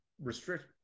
restrict